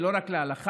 ולא רק להלכה,